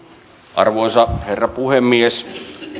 arvoisa herra puhemies